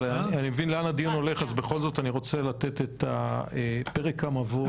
אבל אני מבין לאן הדיון הולך אז אני רוצה לתת את פרק המבוא.